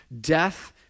death